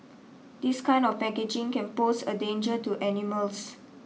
this kind of packaging can pose a danger to animals